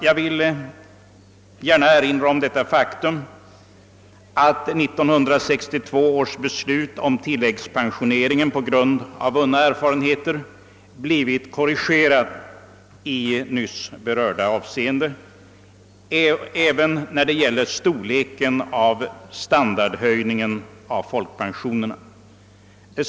Jag vill gärna erinra om det faktum att 1962 års beslut om tilläggspensioneringen på grund av vunna erfarenheter blivit korrigerat i nyss berörda avseende även när det gäller storleken av folkpensionernas höjning.